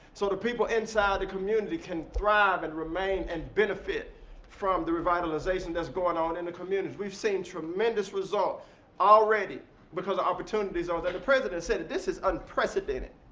sort of people inside the community can thrive and remain and benefit from the revitalization that's going on in the community. we've seen tremendous result already because of opportunity zones. and the president said it this is unprecedented.